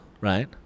right